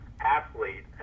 athlete